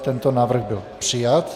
Tento návrh byl přijat.